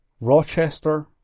Rochester